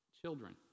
children